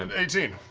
and eighteen!